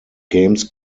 games